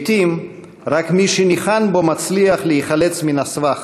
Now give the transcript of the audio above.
לעתים רק מי שניחן בו מצליח להיחלץ מן הסבך,